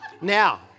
Now